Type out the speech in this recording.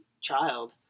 child